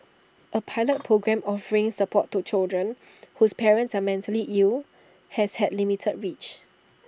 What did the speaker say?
A pilot programme offering support to children whose parents are mentally ill has had limited reach